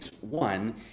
One